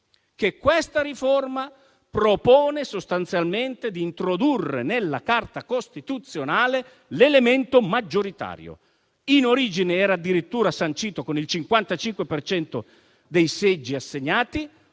questa riforma propone sostanzialmente di introdurre nella Carta costituzionale l'elemento maggioritario. In origine era addirittura sancito con il 55 per cento dei seggi assegnati;